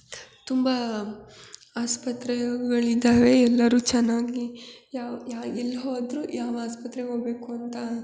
ತುಂಬ ಆಸ್ಪತ್ರೆಗಳಿದಾವೆ ಎಲ್ಲರೂ ಚೆನ್ನಾಗಿ ಯಾವ ಯಾ ಎಲ್ಲಿ ಹೋದರೂ ಯಾವ ಆಸ್ಪತ್ರೆಗೆ ಹೋಗ್ಬೇಕು ಅಂತ